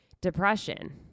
Depression